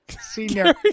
senior